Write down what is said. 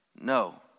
No